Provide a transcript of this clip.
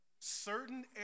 certain